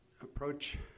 approach